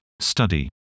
study